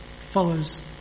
follows